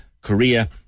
Korea